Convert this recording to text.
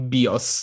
Bios